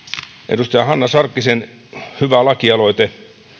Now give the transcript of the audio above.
edustaja hanna sarkkisen hyvä lakialoite